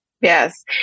Yes